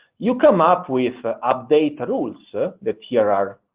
you come up with ah updated rules that here are